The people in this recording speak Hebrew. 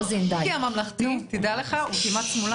כי כשאנחנו,